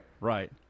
Right